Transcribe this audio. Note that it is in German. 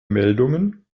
meldungen